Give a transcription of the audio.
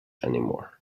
anymore